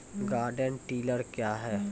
Garden tiller क्या हैं?